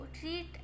treat